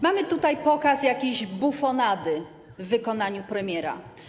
Mamy tutaj pokaz jakiejś bufonady w wykonaniu premiera.